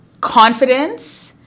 confidence